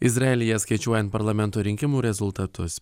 izraelyje skaičiuojant parlamento rinkimų rezultatus